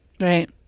Right